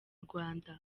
rwanda